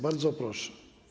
Bardzo proszę.